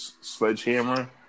sledgehammer